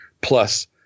plus